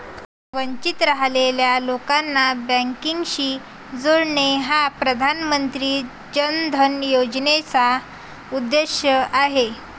वंचित राहिलेल्या लोकांना बँकिंगशी जोडणे हा प्रधानमंत्री जन धन योजनेचा उद्देश आहे